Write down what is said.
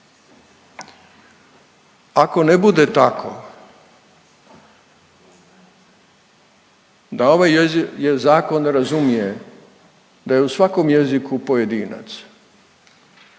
Ako ne bude tako, da ovaj zakon razumije da je u svakom jeziku pojedinac